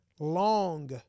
long